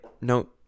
No